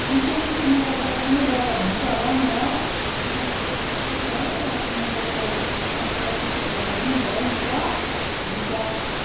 अनि पेमेन्ट चाहिँ म तपाईँलाई यहीँ गर्दा हुन्छ होला नि है अनलाइन पे गर्दा पनि भयो र म तपाईँलाई यहाँ आए पछि गर्दा पनि भयो नि ल हुन्छ